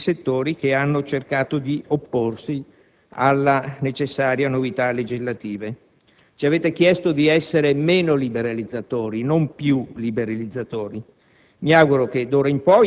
delle proteste di quei settori che hanno cercato di opporsi alle necessarie novità legislative: ci avete chiesto di essere meno liberalizzatori, non più liberalizzatori.